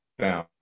down